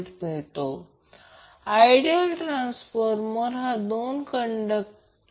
तर हा माझा ωt आहे हे 90° I Im आहे